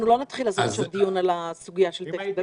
לא נתחיל עכשיו לעשות דיון על הסוגיה של הרעש,